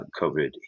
COVID